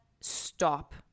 stop